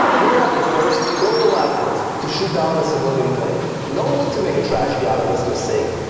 we are not the first or the last ones to shoot down a civilian plane. no need to make a tragedy out of this mistake.